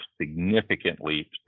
significantly